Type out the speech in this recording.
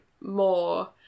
more